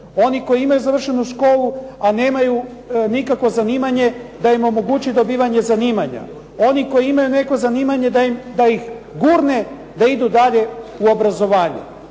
Oni koji imaju završenu školu, a nemaju nikakvo zanimanje da im omogući dobivanje zanimanja. Oni koji imaju nekakvo zanimanje da ih gurne da idu dalje u obrazovanju.